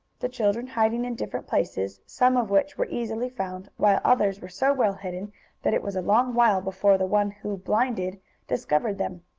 the children hiding in different places, some of which were easily found, while others were so well hidden that it was a long while before the one who blinded discovered them.